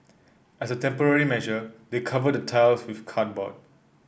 as a temporary measure they covered the tiles with cardboard